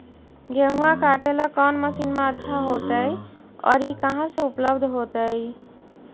गेहुआ काटेला कौन मशीनमा अच्छा होतई और ई कहा से उपल्ब्ध होतई?